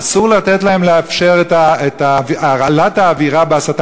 אסור לתת להם, לאפשר את הרעלת האווירה וההסתה.